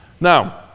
Now